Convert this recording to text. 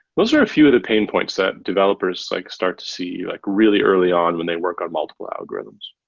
those are a few of the pain points that developers like start to see like really early on when they work on multiple algorithms